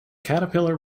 caterpillar